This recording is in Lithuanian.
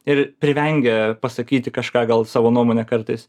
ir privengia pasakyti kažką gal savo nuomonę kartais